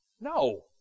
No